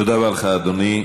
תודה רבה לך, אדוני.